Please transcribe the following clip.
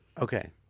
okay